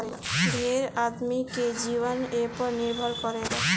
ढेर गरीब आदमी के जीवन एपर निर्भर करेला